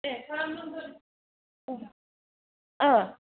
ओ